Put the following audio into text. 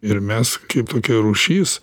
ir mes kaip tokia rūšis